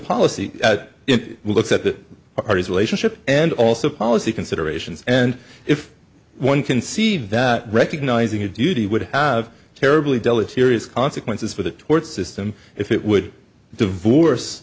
policy at it looks at the artes relationship and also policy considerations and if one can see that recognizing a duty would have terribly deleterious consequences for the tort system if it would divorce